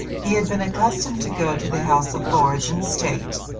he had been accustomed to go to the house of lords in state,